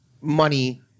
money